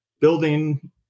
building